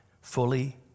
fully